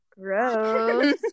gross